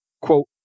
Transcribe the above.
quote